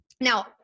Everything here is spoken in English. Now